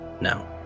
Now